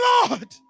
Lord